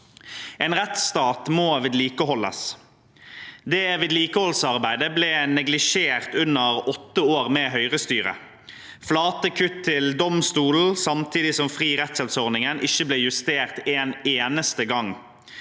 En rettsstat må vedlikeholdes. Det vedlikeholdsarbeidet ble neglisjert under åtte år med høyrestyre – flate kutt til domstolen, samtidig som fri rettshjelp-ordningen ikke ble justert en eneste gang.